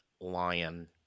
Lion